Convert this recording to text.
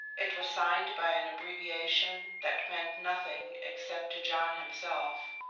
it was signed by an abbreviation that meant nothing except to john himself.